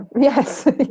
yes